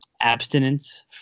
abstinence